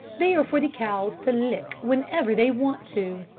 they are for the cows to lick whenever they want to.